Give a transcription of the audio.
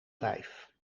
vijf